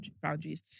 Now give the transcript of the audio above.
boundaries